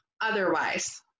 otherwise